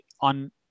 on